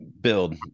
build